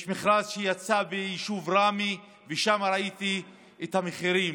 יש מכרז שיצא ביישוב ראמה, ושם ראיתי את המחירים,